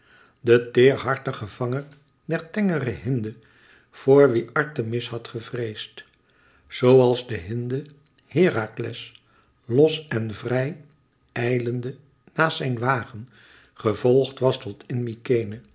de teederhartige vanger der tengere hinde voor wie artemis had gevreesd zoo als de hinde herakles los en vrij ijlende naast zijn wagen gevolgd was tot in